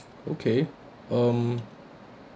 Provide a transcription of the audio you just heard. okay um